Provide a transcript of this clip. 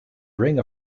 ring